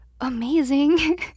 amazing